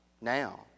Now